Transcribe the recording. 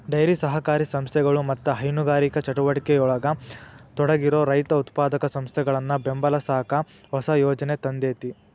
dairy ಸಹಕಾರಿ ಸಂಸ್ಥೆಗಳು ಮತ್ತ ಹೈನುಗಾರಿಕೆ ಚಟುವಟಿಕೆಯೊಳಗ ತೊಡಗಿರೋ ರೈತ ಉತ್ಪಾದಕ ಸಂಸ್ಥೆಗಳನ್ನ ಬೆಂಬಲಸಾಕ ಹೊಸ ಯೋಜನೆ ತಂದೇತಿ